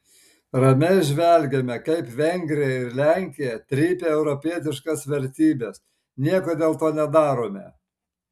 ramiai žvelgiame kaip vengrija ir lenkija trypia europietiškas vertybes nieko dėl to nedarome